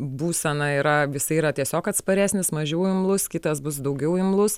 būsena yra jisai yra tiesiog atsparesnis mažiau imlus kitas bus daugiau imlus